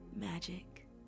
magic